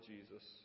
Jesus